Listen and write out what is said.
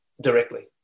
directly